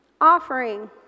offering